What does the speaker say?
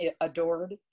adored